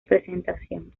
presentación